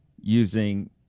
using